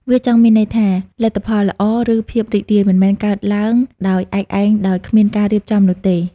វាចង់មានន័យថា លទ្ធផលល្អ ឬភាពរីករាយ មិនមែនកើតឡើងដោយឯកឯងដោយគ្មានការរៀបចំនោះទេ។